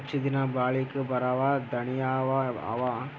ಹೆಚ್ಚ ದಿನಾ ಬಾಳಿಕೆ ಬರಾವ ದಾಣಿಯಾವ ಅವಾ?